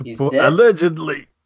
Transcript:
Allegedly